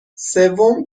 سوم